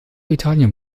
italien